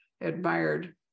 admired